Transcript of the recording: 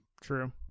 True